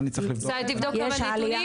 תבדוק את הנתונים